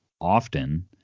often